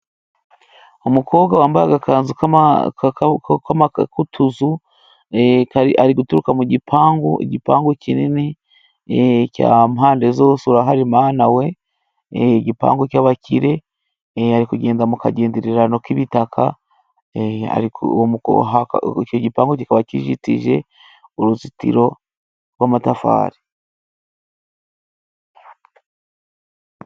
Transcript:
Umukobwa wambaye agakanzu, k'utuzu ari guturuka mu gipangu, igipangu kinini, cya mpande zose urahari mana we, igipangu cyabakire yari kugenda mu kagenderano k'ibitaka, icyo gipangu gikaba kijitije uruzitiro, rw'amatafari.